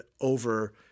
over